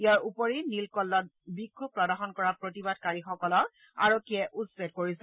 ইয়াৰ উপৰি নিলক্কলত বিক্ষোভ প্ৰদৰ্শন কৰা প্ৰতিবাদকাৰীসকলক আৰক্ষীয়ে উচ্ছেদ কৰিছে